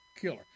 killer